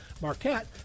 Marquette